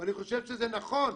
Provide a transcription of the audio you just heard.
ואני חושב שזה נכון,